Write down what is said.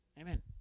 Amen